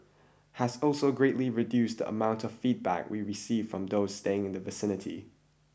has also greatly reduced the amount of feedback we received from those staying in the vicinity